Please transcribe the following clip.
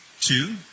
Two